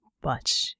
But